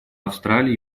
австралии